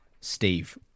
Steve